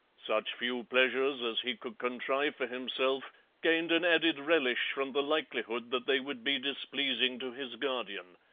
such few pleasures as he could contrive for himself gained an added relish from the likelihood that they would be displeasing to his guardian,